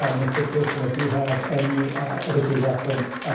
um mr. pearson. if you have any vicki referenced.